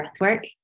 breathwork